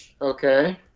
okay